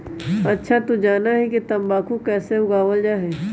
अच्छा तू जाना हीं कि तंबाकू के कैसे उगावल जा हई?